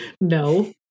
No